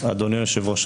אדוני היושב-ראש,